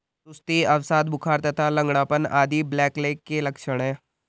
सुस्ती, अवसाद, बुखार तथा लंगड़ापन आदि ब्लैकलेग के लक्षण हैं